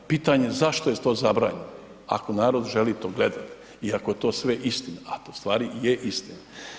Pitanje zašto je to zabranjeno ako narod želi to gledati i ako je to sve istina o to ustvari i je istina.